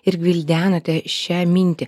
ir gvildenote šią mintį